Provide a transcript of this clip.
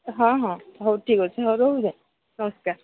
ହଁ ହଁ ହଉ ଠିକ୍ ଅଛି ହଉ ରହୁଛି ନମସ୍କାର